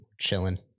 chilling